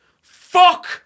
Fuck